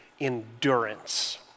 endurance